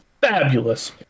fabulous